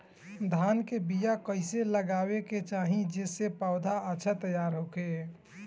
धान के बीया कइसे लगावे के चाही जेसे पौधा अच्छा तैयार होखे?